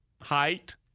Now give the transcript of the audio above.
height